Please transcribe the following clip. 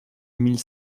mille